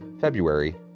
February